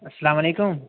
اَلسَلام علیکم